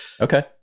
Okay